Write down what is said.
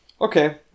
Okay